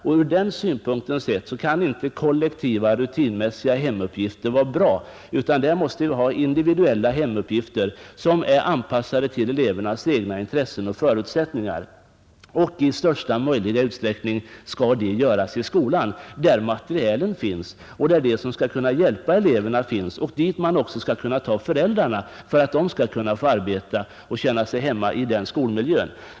Utifrån den utgångspunkten kan inte kollektiva rutinmässiga hemuppgifter vara lämpliga utan där måste vi ha individuella hemuppgifter som är anpassade till elevernas egna intressen och förutsättningar. Och i största möjliga utsträckning skall dessa göras i skolan, där materielen finns och där de som skall kunna hjälpa eleverna finns. Dit skall också föräldrarna kunna komma för att de skall få arbeta och känna sig hemma i skolmiljön.